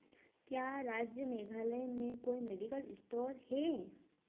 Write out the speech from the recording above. क्या राज्य मेघालय में कोई मेडिकल इस्टोर हैं